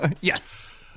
Yes